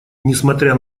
несмотря